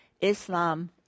Islam